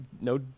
No